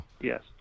Yes